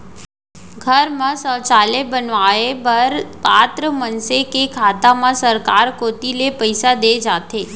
घर म सौचालय बनवाए बर पात्र मनसे के खाता म सरकार कोती ले पइसा दे जाथे